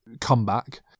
comeback